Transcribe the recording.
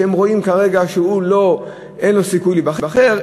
כשהם רואים כרגע שאין לו סיכוי להיבחר,